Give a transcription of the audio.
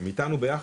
הם איתנו ביחד,